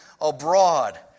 abroad